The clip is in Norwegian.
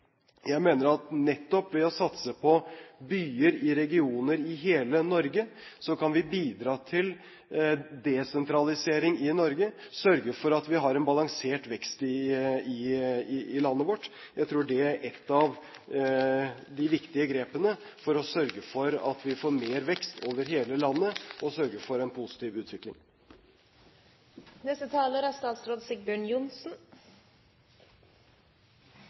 Jeg mener at nettopp ved å satse på byer i regioner i hele Norge kan vi bidra til desentralisering i Norge og sørge for at vi har en balansert vekst i landet vårt. Jeg tror det er ett av de viktige grepene vi kan ta for å sørge for at vi får mer vekst over hele landet, og sørge for en positiv utvikling. Jeg vil også benytte anledningen til å takke for debatten. Det er